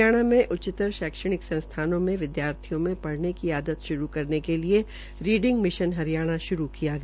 हरियाणा में उच्चतर शैक्षणिक संस्थानों में विद्यार्थियो को पढ़ने की आदत शुरू करने के लिए रीडिग मिशन हरियाणा शुरू किया गया